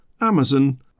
Amazon